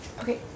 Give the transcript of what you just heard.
Okay